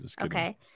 Okay